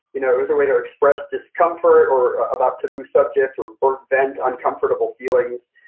you know it was a way to express discomfort or about taboo subjects or or vent uncomfortable feelings.